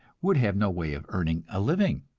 would have no way of earning a living.